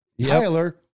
Tyler